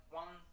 one